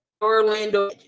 Orlando